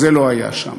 זה לא היה שם.